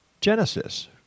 Genesis